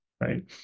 right